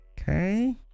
Okay